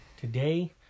today